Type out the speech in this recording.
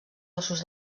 ossos